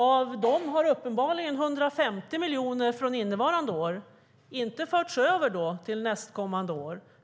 Av dem har 150 miljoner från innevarande år inte förts över till nästkommande år.